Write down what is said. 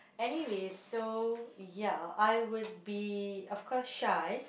anyways so ya I would be of course shy